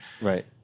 Right